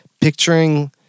picturing